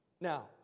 Now